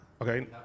Okay